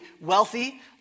wealthy